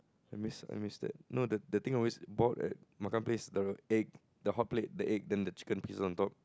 I miss I missed it no the the thing I always bought at Makan Place the egg the hotplate the egg then the chicken pieces on top